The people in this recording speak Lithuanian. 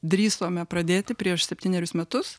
drįsome pradėti prieš septynerius metus